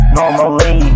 normally